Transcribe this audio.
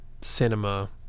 cinema